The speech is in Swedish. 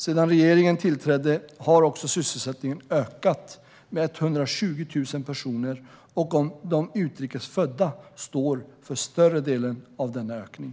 Sedan regeringen tillträdde har sysselsättningen också ökat med 120 000 personer, och de utrikes födda står för större delen av denna ökning.